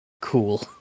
cool